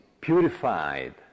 purified